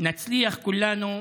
נצליח כולנו,